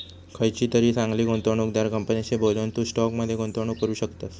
खयचीतरी चांगली गुंवणूकदार कंपनीशी बोलून, तू स्टॉक मध्ये गुंतवणूक करू शकतस